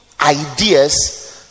ideas